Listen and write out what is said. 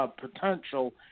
potential